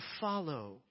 follow